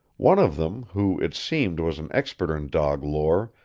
one of them, who, it seemed, was an expert in dog lore,